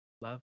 Love